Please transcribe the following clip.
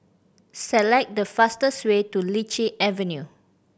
select the fastest way to Lichi Avenue